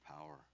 power